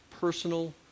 personal